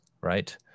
right